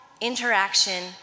interaction